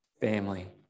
family